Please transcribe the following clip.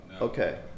Okay